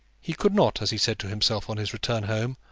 he could not, as he said to himself on his return home,